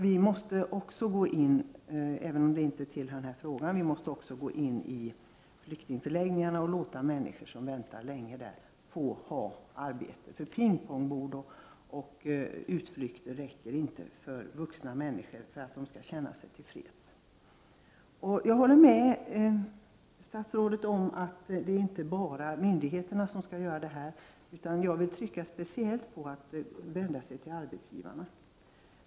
Vi måste också se till att flyktingar som har väntat länge på flyktingförläggningarna får ett arbete. Ett pingpongbord och utflykter räcker inte till vuxna människor för att de skall kunna känna sig till freds. Jag håller med statsrådet om att det inte bara är myndigheterna som skall göra allt detta, utan jag vill särskilt trycka på arbetsgivarna.